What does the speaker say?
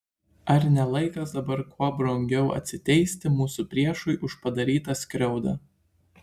ar ne laikas dabar kuo brangiau atsiteisti mūsų priešui už padarytą skriaudą